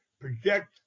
project